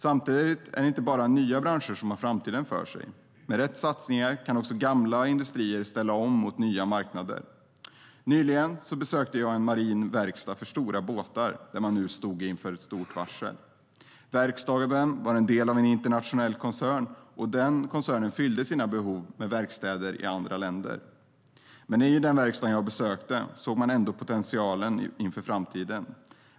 Samtidigt är det inte bara nya branscher som har framtiden för sig. Med rätt satsningar kan också gamla industrier ställa om mot nya marknader. Nyligen besökte jag en marin verkstad för stora båtar där man nu stod inför ett stort varsel. Verkstaden var en del av en internationell koncern, och den fyllde sina behov med verkstäder i andra länder. Men i den verkstad som jag besökte såg man ändå potentialen inför framtiden.